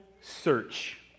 search